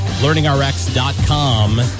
LearningRx.com